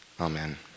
Amen